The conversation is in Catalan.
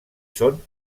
són